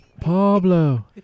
Pablo